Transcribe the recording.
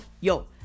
yo